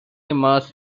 mass